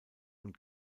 und